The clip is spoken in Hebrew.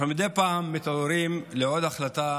אנחנו מדי פעם מתעוררים לעוד החלטה